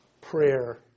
prayer